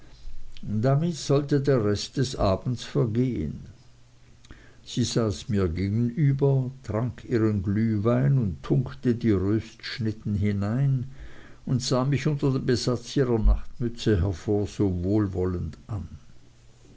damit sollte der rest des abends vergehen sie saß mir gegenüber trank ihren glühwein und tunkte die röstschnitten hinein und sah mich unter dem besatz ihrer nachtmütze hervor wohlwollend an